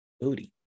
Booty